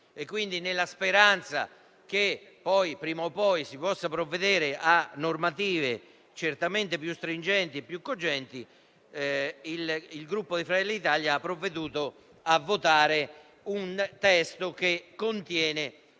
nella speranza che prima o poi si possa provvedere a normative certamente più stringenti e più cogenti, il Gruppo Fratelli d'Italia ha provveduto a votare un testo che contiene due